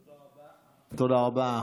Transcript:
תודה רבה.